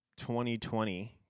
2020